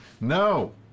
No